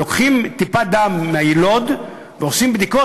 לוקחים טיפת דם מהיילוד ועושים בדיקות